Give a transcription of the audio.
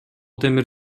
темир